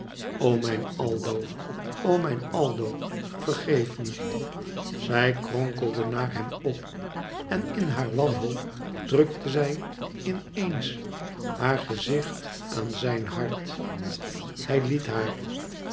o mijn aldo o mijn aldo vergeef me zij kronkelde naar hem op en in haar wanhoop drukte zij in eens haar gezicht aan zijn hart hij liet haar